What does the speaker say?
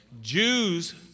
Jews